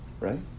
right